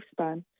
lifespan